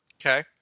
Okay